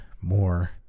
more